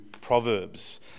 Proverbs